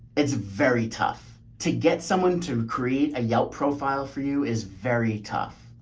it's very tough to get someone to create a yelp profile for you is very tough,